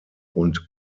und